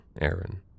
Aaron